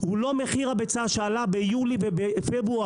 הוא לא מחיר הביצה שעלה ביולי ובפברואר.